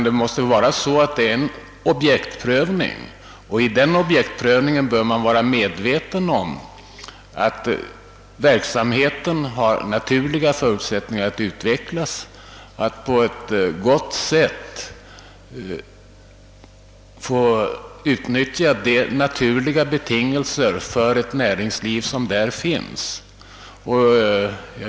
Det måste vara fråga om en objektprövning, och vid den prövningen bör man vara medveten om att verksamheten har naturliga förutsättningar att utvecklas och att på ett gott sätt utnyttja de naturliga betingelser för ett näringsliv som finns i landet i fråga.